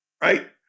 right